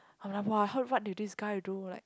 I'm like !wah! heard what did this guy do like